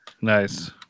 Nice